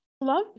love